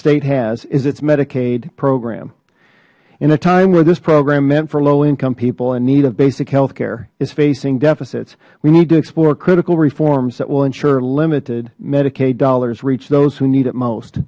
state has is the medicaid program in a time when this program meant for low income people in need of basic health care is facing deficits we need to explore critical reforms that will ensure limited medicaid dollars reach those who need it most